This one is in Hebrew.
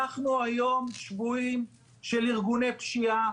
אנחנו היום שבויים של ארגוני פשיעה.